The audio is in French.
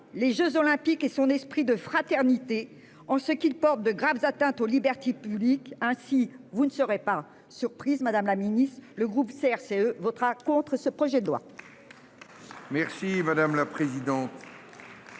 les Jeux olympiques et son esprit de fraternité en ce qui le porte de graves atteintes aux libertés publiques. Ainsi vous ne serait pas surprise. Madame la Ministre le groupe CRCE votera contre ce projet de loi.